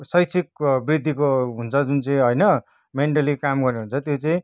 शैक्षिक वृद्धिको हुन्छ जुन चाहिँ होइन मेन्टल्ली काम गर्ने हुन्छ त्यो चाहिँ